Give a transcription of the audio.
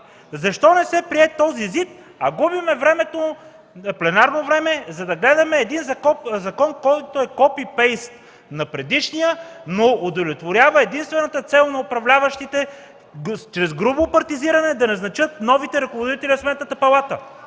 защо не се прие този ЗИД, а губим пленарно време, за да гледаме закон, който е копи-пейст на предишния, но удовлетворява единствената цел на управляващите – чрез грубо партизиране да назначат новите ръководители на Сметната палата.